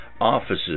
offices